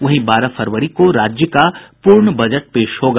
वहीं बारह फरवरी को राज्य का पूर्ण बजट पेश होगा